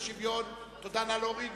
אתה רוצה להימנע.